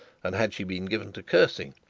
and had she been given to cursing,